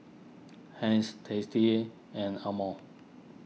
Heinz Tasty and Amore